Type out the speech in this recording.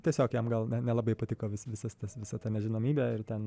tiesiog jam gal ne nelabai patiko vis visas tas visa ta nežinomybė ir ten